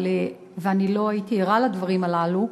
ואני לא הייתי ערה לדברים הללו.